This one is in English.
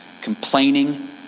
Complaining